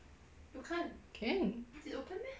can